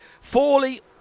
Forley